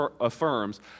affirms